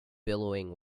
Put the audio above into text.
billowing